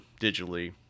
digitally